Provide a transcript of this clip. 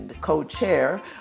co-chair